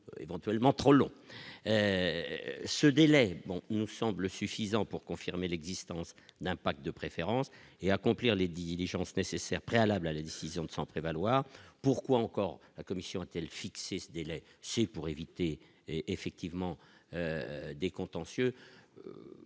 éventuellement trop long, ce délai, bon nous semble suffisant pour confirmer l'existence d'un Pack de préférence et accomplir les diligences nécessaires préalables à la décision de s'en prévaloir, pourquoi encore, la commission a-t-elle fixé ce délai, ce qui pourrait vite. T. et effectivement des contentieux